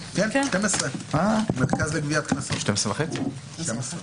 הישיבה נעולה.